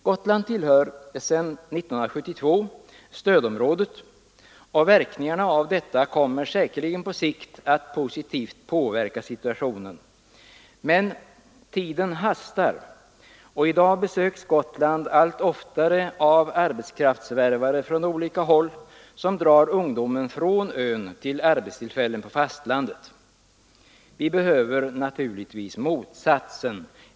Gotland tillhör sedan år 1972 stödområdet, och verkningarna av detta kommer säkerligen på sikt att positivt påverka situationen. Men tiden hastar och i dag besöks Gotland allt oftare av arbetskraftsvärvare från olika håll som drar ungdomen från ön till arbetstillfällen på fastlandet. Förhållandet borde vara det motsatta.